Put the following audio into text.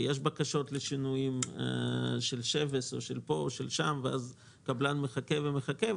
ויש בקשות לשינויים של חוק שבס או של פה או של שם ואז קבלן מחכה ומחכה,